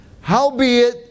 Howbeit